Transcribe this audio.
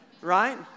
right